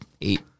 eight